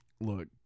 look